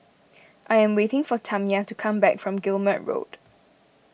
I am waiting for Tamya to come back from Guillemard Road